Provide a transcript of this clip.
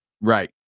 Right